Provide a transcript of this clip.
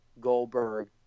Goldberg